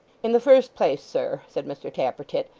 in the first place, sir said mr tappertit,